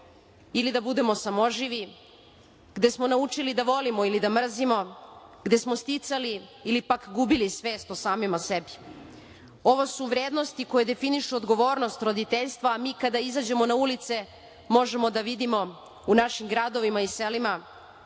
ili da budemo samoživi, gde smo naučili da volimo ili da mrzimo, gde smo sticali ili pak gubili svest o samima sebi. Ovo su vrednosti koje definišu odgovornost roditeljstva, a mi kada izađemo na ulice možemo da vidimo u našim gradovima i selima